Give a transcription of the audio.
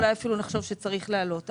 אולי אפילו נחשוב שצריך להעלות,